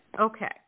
okay